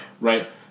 Right